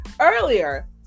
earlier